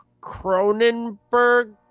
Cronenberg